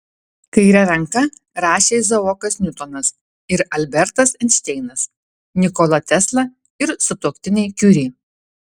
kaire ranka rašė izaokas niutonas ir albertas einšteinas nikola tesla ir sutuoktiniai kiuri